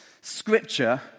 scripture